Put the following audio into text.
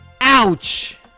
Ouch